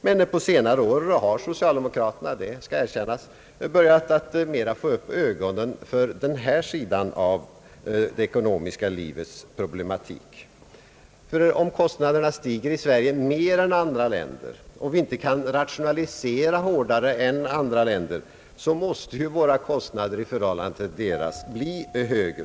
Men på senare år har socialdemokraterna, det skall erkännas, börjat mera få upp ögonen för den här sidan av det ekonomiska livets problematik. Om kostnaderna stiger mer i Sverige än i andra länder och vi inte kan rationalisera hårdare än andra, då måste ju våra kostnader i förhållande till deras bli högre.